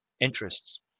interests